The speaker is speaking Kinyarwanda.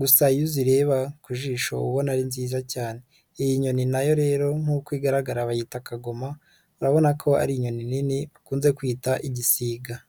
gusa iyo uzireba ku jisho uba ubona ari nziza cyane, iyi nyoni nayo rero nk'uko igaragara bayita kagoma urabona ko ari inyoni nini bakunze kwita igisiga.